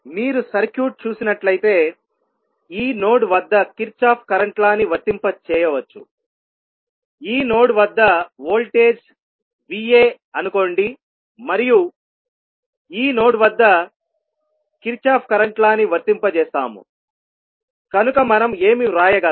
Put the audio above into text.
మీరు సర్క్యూట్ చూసినట్లయితే ఈ నోడ్ వద్ద కిర్చోఫ్ కరెంట్ లా ని వర్తింపజేయవచ్చు ఈ నోడ్ వద్ద వోల్టేజ్ Va అనుకోండి మరియు ఈ నోడ్ వద్ద కిర్చోఫ్ కరెంట్ లా ని వర్తింపజేస్తాము కనుక మనం ఏమి వ్రాయగలం